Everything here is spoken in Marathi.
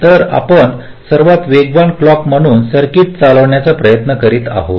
तर आपण सर्वात वेगवान क्लॉक म्हणून सर्किट चालवण्याचा प्रयत्न करीत आहोत